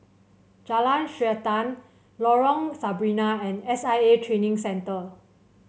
Jalan Srantan Lorong Sarina and S I A Training Centre